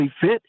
fit